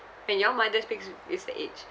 when your mother speaks it's the age